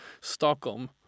Stockholm